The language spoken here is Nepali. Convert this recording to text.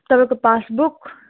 तपाईँको पासबुक